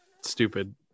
stupid